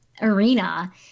arena